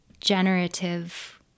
generative